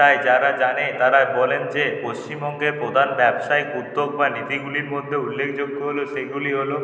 তাই যারা জানে তারা বলেন যে পশ্চিমবঙ্গের প্রধান ব্যবসায়ীক উদ্যোগ বা নীতিগুলির মধ্যে উল্লেখযোগ্য হলো সেগুলি হলো